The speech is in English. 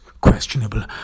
questionable